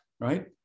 right